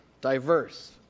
diverse